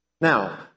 Now